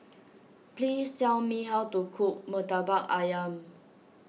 please tell me how to cook Murtabak Ayam